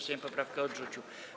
Sejm poprawkę odrzucił.